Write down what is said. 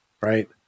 right